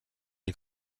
les